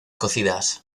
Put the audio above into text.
cocidas